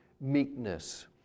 meekness